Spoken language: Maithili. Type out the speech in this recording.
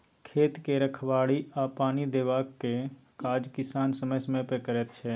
खेत के रखबाड़ी आ पानि देबाक काज किसान समय समय पर करैत छै